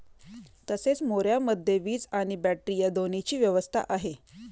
तसेच मोऱ्यामध्ये वीज आणि बॅटरी या दोन्हीची व्यवस्था आहे